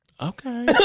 Okay